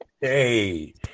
Hey